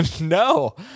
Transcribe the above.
No